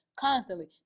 Constantly